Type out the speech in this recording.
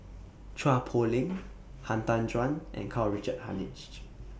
Chua Poh Leng Han Tan Juan and Karl Richard Hanitsch